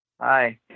Hi